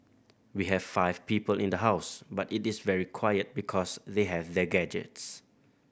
we have five people in the house but it is very quiet because they have their gadgets